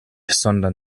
sondern